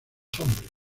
hombres